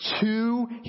two